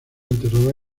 enterrada